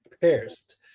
pierced